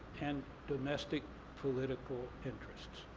and domestic political interests.